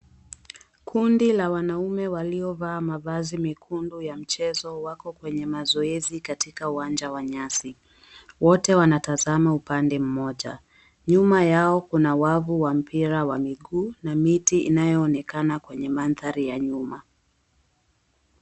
Kundi la wanaume waliovaa mavazi mekundu ya mchezo wako kwenye mazoezi katika uwanja wa nyasi wote wanatazama upande mmoja, nyuma yao kuna wavu wa mpira wa mguu na miti inayoonekana kwenye mandhari ya nyuma.